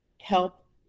help